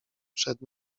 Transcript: przed